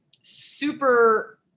super